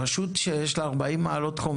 רשות שיש לה 40 מעלות חום,